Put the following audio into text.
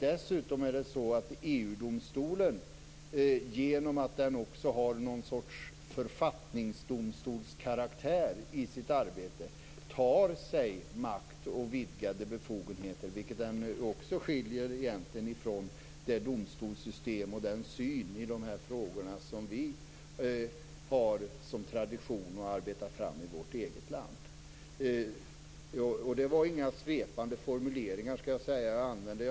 Dessutom tar sig EU:s domstol, genom att den också har någon sorts författningsdomstolskaraktär i sitt arbete, makt och vidgade befogenheter, vilket egentligen skiljer från det domstolssystem och den syn i dessa frågor som vi har som tradition och som vi arbetat fram i vårt eget land. Det var inga svepande formuleringar jag använde.